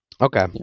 Okay